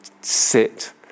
sit